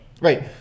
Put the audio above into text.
Right